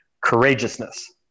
courageousness